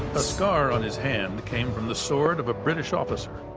a scar on his hand came from the sword of a british officer,